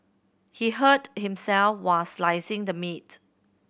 he hurt himself while slicing the meat